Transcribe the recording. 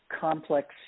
complex